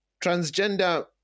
transgender